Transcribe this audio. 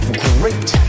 great